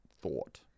thought